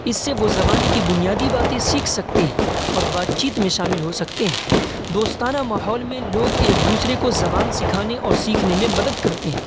اس سے وہ زبان کی بنیادی باتیں سیکھ سکتے ہیں اور بات چیت میں شامل ہو سکتے ہیں دوستانہ ماحول میں لوگ ایک دوسرے کو زبان سکھانے اور سیکھنے میں مدد کرتے ہیں